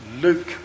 Luke